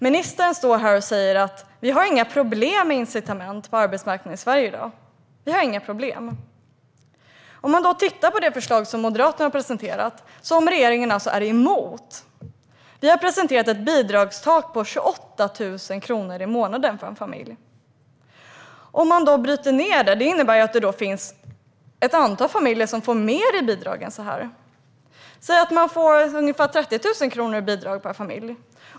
Ministern står här och säger: Vi har inga problem med incitament på arbetsmarknaden i Sverige i dag - vi har inga problem. Man kan då titta på det förslag som Moderaterna har presenterat, som regeringen alltså är emot. Vi har presenterat ett bidragstak på 28 000 kronor i månaden för en familj. Det kan man bryta ned. Det finns ett antal familjer som får mer i bidrag än så. Låt oss säga att man får ungefär 30 000 kronor i bidrag per familj!